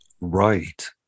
Right